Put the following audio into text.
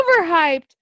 overhyped